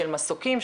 של מסוקים,